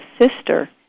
sister